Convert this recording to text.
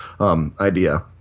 idea